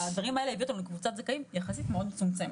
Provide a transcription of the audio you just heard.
ולכן הדברים האלה הביאו אותנו לקבוצת זכאים יחסית מאוד מצומצמת.